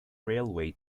railway